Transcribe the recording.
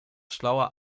schlauer